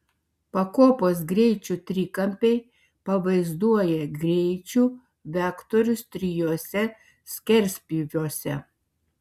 pakopos greičių trikampiai pavaizduoja greičių vektorius trijuose skerspjūviuose